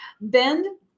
bend